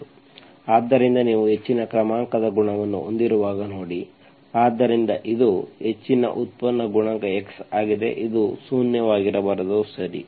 ಆದ್ದರಿಂದ ನೀವು ಹೆಚ್ಚಿನ ಕ್ರಮಾಂಕದ ಗುಣಾಂಕವನ್ನು ಹೊಂದಿರುವಾಗ ನೋಡಿ ಆದ್ದರಿಂದ ಇದು ಹೆಚ್ಚಿನ ಉತ್ಪನ್ನ ಗುಣಾಂಕ x ಆಗಿದೆ ಇದು ಶೂನ್ಯವಾಗಿರಬಾರದು ಸರಿ